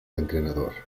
entrenador